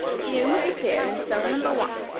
you must appear in cell number one,